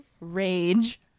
rage